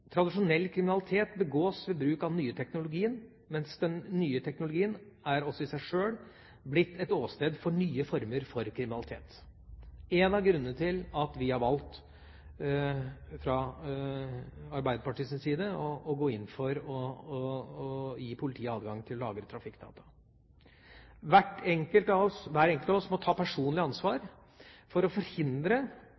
Tradisjonell kriminalitet begås ved bruk av den nye teknologien, men den nye teknologien er også i seg sjøl blitt et åsted for nye former for kriminalitet – en av grunnene til at vi fra Arbeiderpartiets side har valgt å gå inn for å gi politiet adgang til å lagre trafikkdata. Hver enkelt av oss må ta personlig ansvar